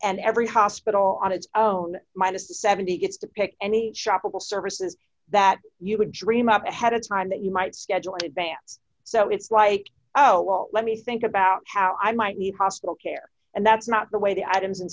and every hospital on its own minus a seventy gets to pick any shopper will services that you would dream up ahead of time that you might schedule an advance so it's like oh well let me think about how i might need hospital care and that's not the way the items